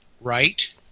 right